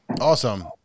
Awesome